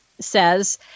says